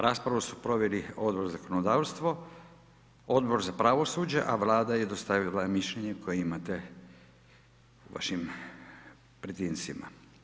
Raspravu su proveli Odbor za zakonodavstvo, Odbor za pravosuđe, a Vlada je dostavila mišljenje koje imate u vašim pretincima.